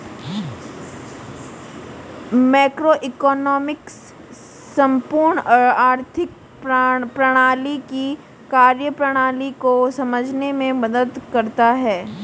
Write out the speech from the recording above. macroeconomics संपूर्ण आर्थिक प्रणाली की कार्यप्रणाली को समझने में मदद करता है